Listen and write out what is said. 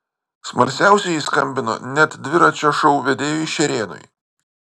smalsiausieji skambino net dviračio šou vedėjui šerėnui